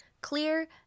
clear